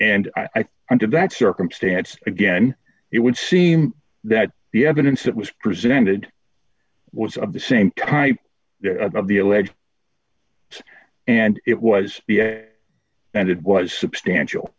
and i under that circumstance again it would seem that the evidence that was presented was of the same type of the alleged and it was and it was substantial